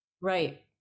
Right